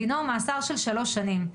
דינו מאסר של שלוש שנים.